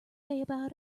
about